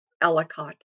Ellicott